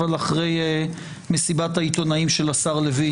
אבל אחרי מסיבת העיתונאים של השר לוין,